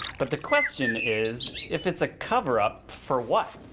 but the question is, if it's a cover up for what?